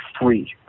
free